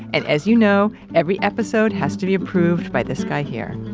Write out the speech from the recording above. and as you know, every episode has to be approved by this guy here